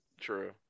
True